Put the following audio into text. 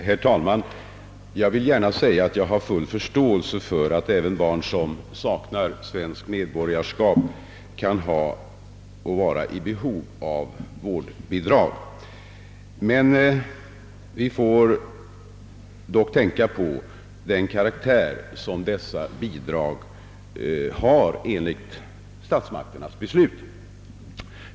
Herr talman! Jag vill gärna säga att jag har full förståelse för att även barn som saknar svenskt medborgarskap kan vara i behov av vårdbidrag. Vi får dock tänka på den karaktär som dessa bidrag har enligt statsmakternas beslut.